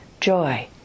joy